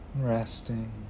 resting